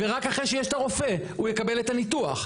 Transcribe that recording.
ורק אחרי שיש את הרופא הוא יקבל את הניתוח.